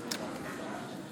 המיועד חבר הכנסת בנימין נתניהו